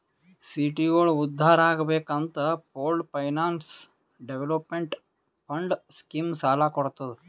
ಸಿಟಿಗೋಳ ಉದ್ಧಾರ್ ಆಗ್ಬೇಕ್ ಅಂತ pooled finance development fund scheme ಸಾಲ ಕೊಡ್ತುದ್